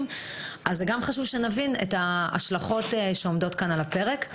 - חשוב שנבין את ההשלכות שעומדות כאן על הפרק.